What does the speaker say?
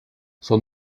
son